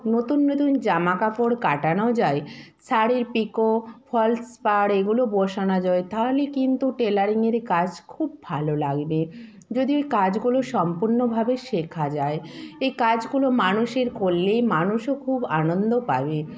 নতুন নতুন জামাকাপড় কাটানো যায় শাড়ির পিকো ফলস পাড় এইগুলো বসানো যায় তাহলে কিন্তু টেলারিংয়ের কাজ খুব ভালো লাগবে যদি ওই কাজগুলো সম্পূর্ণভাবে শেখা যায় এই কাজগুলো মানুষের করলে মানুষও খুব আনন্দ পাবে